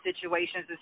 situations